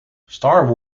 star